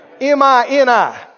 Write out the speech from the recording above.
M-I-N-I